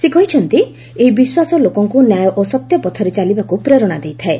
ସେ କହିଛନ୍ତି ଏହି ବିଶ୍ୱାସ ଲୋକଙ୍କୁ ନ୍ୟାୟ ଓ ସତ୍ୟ ପଥରେ ଚାଲିବାକୁ ପ୍ରେରଣା ଦେଇଥାଏ